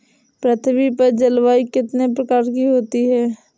पृथ्वी पर जलवायु कितने प्रकार की होती है?